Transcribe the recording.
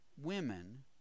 women